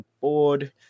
board